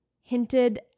hinted